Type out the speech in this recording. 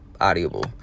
audible